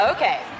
Okay